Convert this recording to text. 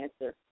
answer